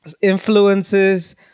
influences